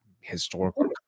historical